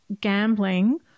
gambling